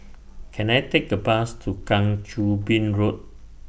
Can I Take A Bus to Kang Choo Bin Road